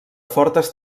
fortes